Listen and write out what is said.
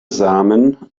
samen